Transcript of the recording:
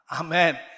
Amen